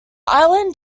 island